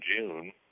June